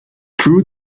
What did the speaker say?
true